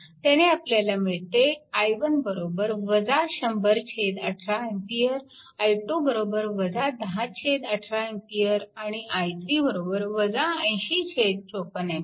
त्याने आपल्याला मिळते i1 100 18 A i2 10 18 A and i3 80 54 A